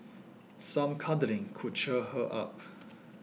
some cuddling could cheer her up